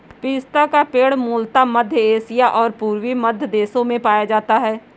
पिस्ता का पेड़ मूलतः मध्य एशिया और पूर्वी मध्य देशों में पाया जाता है